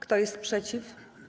Kto jest przeciw?